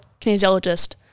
kinesiologist